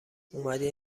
اومدین